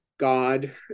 God